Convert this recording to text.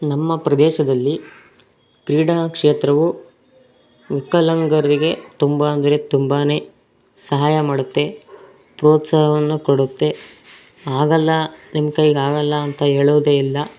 ನಮ್ಮ ಪ್ರದೇಶದಲ್ಲಿ ಕ್ರೀಡಾ ಕ್ಷೇತ್ರವು ವಿಕಲಾಂಗರಿಗೆ ತುಂಬ ಅಂದರೆ ತುಂಬಾ ಸಹಾಯ ಮಾಡುತ್ತೆ ಪ್ರೋತ್ಸಾಹವನ್ನು ಕೊಡುತ್ತೆ ಆಗೋಲ್ಲ ನಿನ್ನ ಕೈಲಿ ಆಗೋಲ್ಲ ಅಂತ ಹೇಳೋದೇ ಇಲ್ಲ